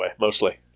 mostly